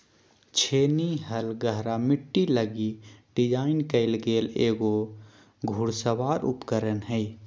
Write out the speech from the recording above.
छेनी हल गहरा मिट्टी लगी डिज़ाइन कइल गेल एगो घुड़सवार उपकरण हइ